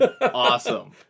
awesome